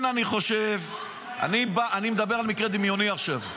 אני מדבר על מקרה דמיוני עכשיו.